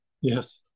yes